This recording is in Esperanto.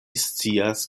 scias